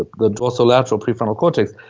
ah the dorsolateral prefrontal cortex.